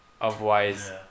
Otherwise